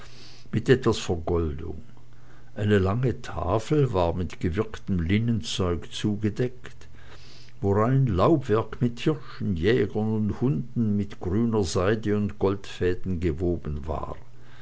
mit etwas vergoldung eine lange tafel war mit gewirktem linnenzeug gedeckt worein laubwerk mit hirschen jägern und hunden mit grüner seide und goldfäden gewoben war